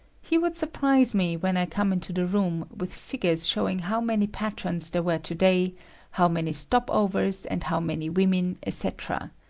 he would surprise me, when i come into the room, with figures showing how many patrons there were to-day how many stop-overs and how many women, etc.